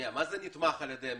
מה זה "נתמך על-ידי המשרד"?